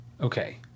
Okay